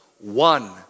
one